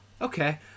Okay